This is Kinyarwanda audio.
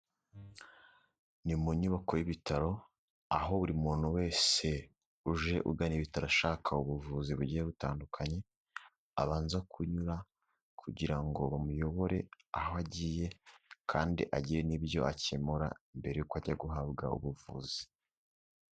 Ni mu nyubako y'ibitaro, aho buri muntu wese uje ugana ashaka ubuvuzi bugiye butandukanye, abanza kunyura kugira ngo bamuyobore aho agiye kandi agire n'ibyo akemura mbere y'uko ajya guhabwa ubuvuzi.